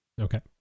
okay